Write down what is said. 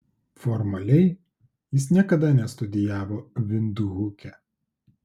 formaliai jis niekada nestudijavo vindhuke